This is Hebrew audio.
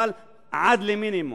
אבל עד למינימום,